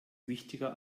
wichtiger